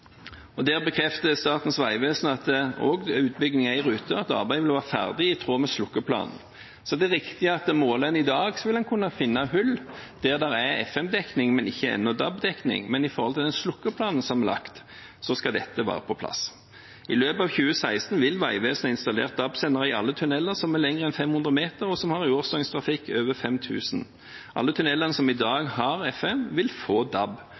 utbyggingen der er i rute, at arbeidet vil være ferdig i tråd med slukkeplanen. Det er riktig at måler en i dag, vil en kunne finne hull der det er FM-dekning, men ikke ennå DAB-dekning, men etter den slukkeplanen som er lagt, skal dette være på plass – i løpet av 2016 vil Vegvesenet ha installert DAB-sendere i alle tunneler som er lengre enn 500 meter, og som har en årsdøgntrafikk på over 5 000 biler. Alle tunnelene som i dag har FM, vil få DAB,